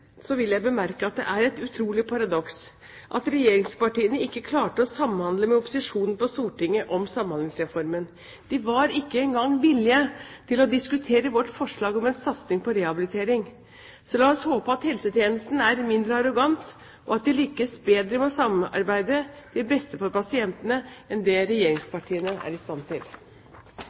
vil jeg bemerke at det er et utrolig paradoks at regjeringspartiene ikke klarte å samhandle med opposisjonen på Stortinget om Samhandlingsreformen. De var ikke engang villige til å diskutere vårt forslag om en satsing på rehabilitering. Så la oss håpe at helsetjenesten er mindre arrogant, og at de lykkes bedre med å samarbeide til beste for pasientene enn det regjeringspartiene er i stand til.